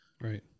Right